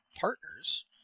partners